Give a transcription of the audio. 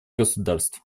государств